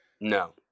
No